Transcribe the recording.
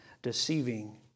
deceiving